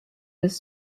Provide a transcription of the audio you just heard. this